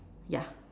ya